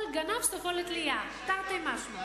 כל גנב סופו לתלייה, תרתי משמע.